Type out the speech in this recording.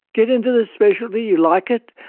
get into this specialty, you like it,